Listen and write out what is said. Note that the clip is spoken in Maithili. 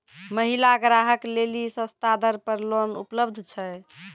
महिला ग्राहक लेली सस्ता दर पर लोन उपलब्ध छै?